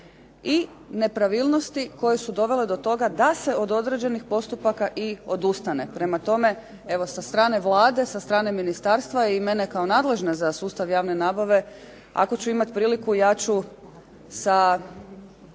i nepravilnosti koje su dovele do toga da se od određenih postupaka i odustane. Evo, sa strane Vlade, sa strane Ministarstva i mene kao nadležne za sustav javne nabave, ako ću imati priliku ja ću sa